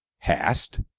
hast?